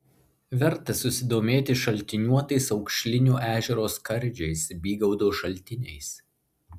verta susidomėti šaltiniuotais aukšlinio ežero skardžiais bygaudo šaltiniais